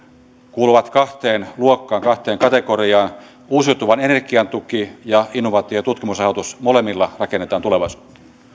kuuluvat kahteen luokkaan kahteen kategoriaan uusiutuvan energian tukiin ja innovaatio ja tutkimusrahoitukseen molemmilla rakennetaan